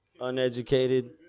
uneducated